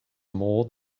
more